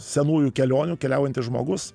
senųjų kelionių keliaujantis žmogus